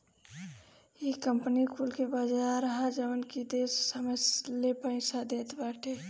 इ कंपनी कुल के बाजार ह जवन की ढेर समय ले पईसा देत बाटे